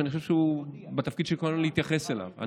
שאני חושב שהתפקיד של כולנו הוא להתייחס אליו.